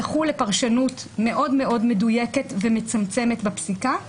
זכו לפרשנות מאוד מדויקת ומצמצמת בפסיקה,